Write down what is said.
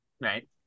right